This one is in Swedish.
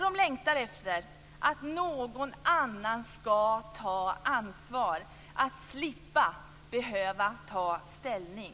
De längtar efter att någon annan ska ta ansvar, att slippa behöva ta ställning.